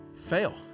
Fail